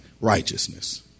righteousness